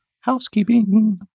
housekeeping